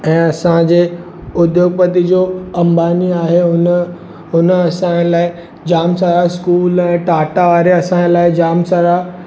ऐं असांजे उद्योगपति जो अंबानी आहे हुन हुन असांजे लाइ जाम सारा स्कूल ऐं टाटा वारे असांजे लाइ जाम सारा